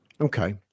Okay